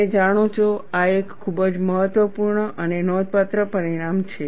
તમે જાણો છો આ એક ખૂબ જ મહત્વપૂર્ણ અને નોંધપાત્ર પરિણામ છે